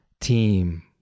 team